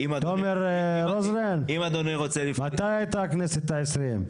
תומר רוזנר, מתי הייתה הכנסת העשרים?